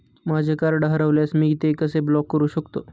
माझे कार्ड हरवल्यास मी ते कसे ब्लॉक करु शकतो?